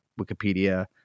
Wikipedia